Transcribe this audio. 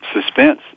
suspense